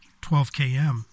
12KM